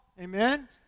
amen